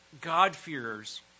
God-fearers